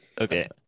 Okay